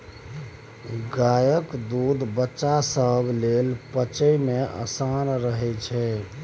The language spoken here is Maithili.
गायक दूध बच्चा सब लेल पचइ मे आसान रहइ छै